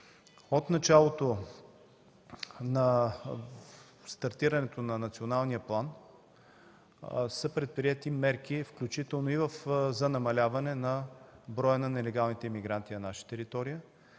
от началото на стартирането на националния план са предприети мерки, включително и за намаляване на броя на нелегалните имигранти на наша територия.